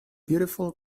beautiful